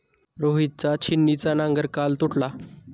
रोहितचा छिन्नीचा नांगर काल तुटला